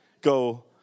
go